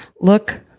look